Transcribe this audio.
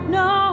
no